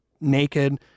naked